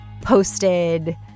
posted